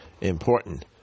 important